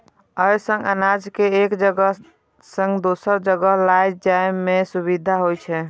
अय सं अनाज कें एक जगह सं दोसर जगह लए जाइ में सुविधा होइ छै